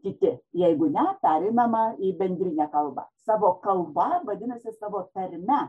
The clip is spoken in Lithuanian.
kiti jeigu ne pereinama į bendrinę kalbą savo kalba vadinasi savo tarme